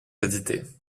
édités